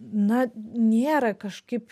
na nėra kažkaip